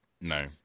No